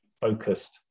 focused